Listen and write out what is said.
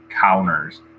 counters